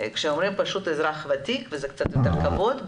כשאומרים אזרח ותיק זה נותן קצת יותר כבוד.